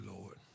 Lord